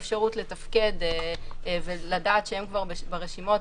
אפשרות לתפקד ולדעת שהם כבר ברשימות,